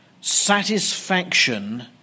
Satisfaction